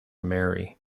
mary